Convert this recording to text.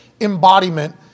embodiment